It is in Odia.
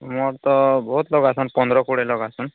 ଆମର ତ ବହୁତ ଲୋକ୍ ଆସନ୍ ପନ୍ଦର କୋଡ଼ିଏ ଲୋକ୍ ଆସନ୍